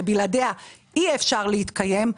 שבלעדיה אי-אפשר להתקיים,